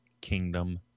Kingdom